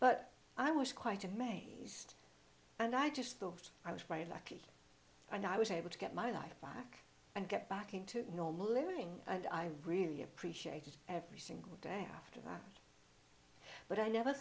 but i was quite amazed and i just thought i was very lucky and i was able to get my life back and get back into normal living and i really appreciated every single day after that but i never